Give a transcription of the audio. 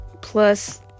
plus